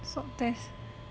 swab test